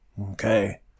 Okay